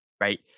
right